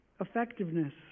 effectiveness